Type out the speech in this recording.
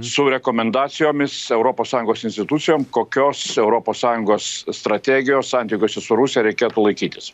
su rekomendacijomis europos sąjungos institucijom kokios europos sąjungos strategijos santykiuose su rusija reikėtų laikytis